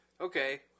Okay